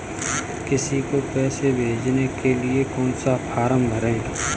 किसी को पैसे भेजने के लिए कौन सा फॉर्म भरें?